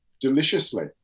deliciously